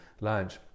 lunch